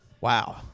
Wow